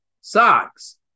socks